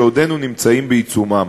שעודנו נמצאים בעיצומם: